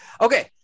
okay